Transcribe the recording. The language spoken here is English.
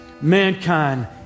mankind